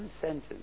sentence